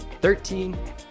thirteen